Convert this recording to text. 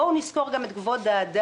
בואו נזכור גם את כבוד האדם,